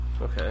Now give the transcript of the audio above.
Okay